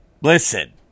listen